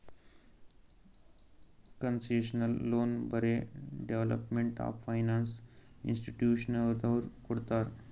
concessional loan ಬರೇ development of finance ಇನ್ಸ್ಟಿಟ್ಯೂಷನದವ್ರು ಕೊಡ್ತಾರ್